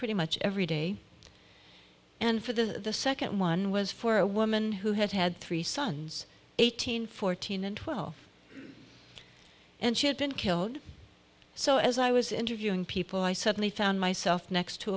pretty much every day and for the second one was for a woman who had had three sons eighteen fourteen and twelve and she had been killed so as i was interviewing people i suddenly found myself next to